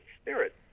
spirit